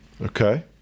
Okay